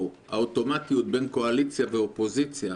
- האוטומטיות בין קואליציה ואופוזיציה,